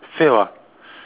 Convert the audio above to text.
fail ah